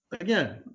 again